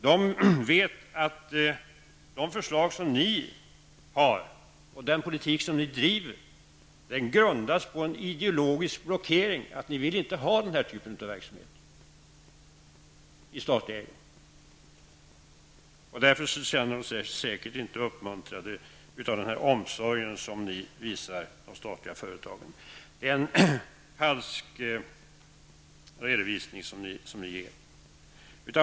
Man vet att de förslag som ni har och den politik som ni driver grundas på en ideologisk blockering — ni vill inte ha den här typen av verksamhet i statlig ägo. Därför känner de sig säkerligen inte uppmuntrade av den om sorg som ni visar om de statliga företagen. Det är en falsk redovisning som ni ger.